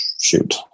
shoot